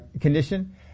condition